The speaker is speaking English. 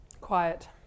Quiet